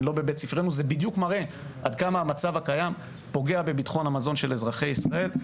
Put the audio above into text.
זה בדיוק מראה עד כמה המצב הקיים פוגע בביטחון המזון של אזרחי ישראל.